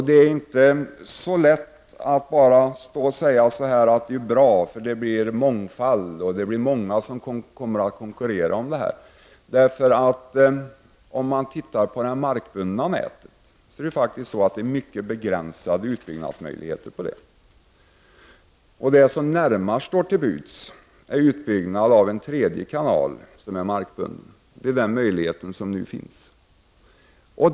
Det är inte så lätt att endast stå här och säga att detta blir bra och att det kommer att bli mångfald och konkurrens. Ser man på det markbundna nätet, finner man att där råder mycket begränsade utbyggnadsmöjligheter. Det som närmast står till buds är en utbyggnad av en tredje kanal som är markbunden. Det är den möjlighet som nu finns.